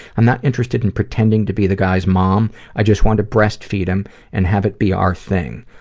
i'm not interested in pretending to be the guy's mom, i just want to breastfeed him and have it be our thing.